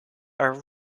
are